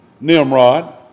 Nimrod